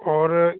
ਔਰ